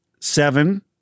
Seven